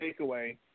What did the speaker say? takeaway